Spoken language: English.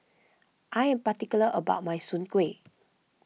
I am particular about my Soon Kueh